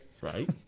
Right